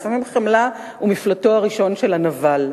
לפעמים חמלה היא מפלטו הראשון של הנבל.